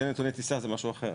זה נתוני טיסה, זה משהו אחר.